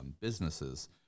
businesses